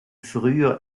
früher